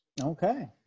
Okay